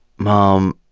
mom,